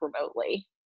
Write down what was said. remotely